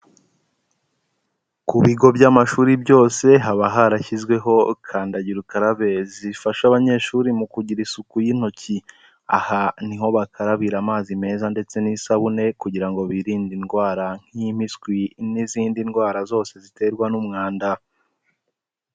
Ku bigo by'amashuri byose haba harashyizweho kandagira ukarabe zifasha abanyeshuri mu kugira isuku y'intoki, aha ni ho bakarabira amazi meza ndetse n'isabune kugira ngo birinde indwara nk'impiswi n'izindi ndwara zose ziterwa n'umwanda.